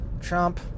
Trump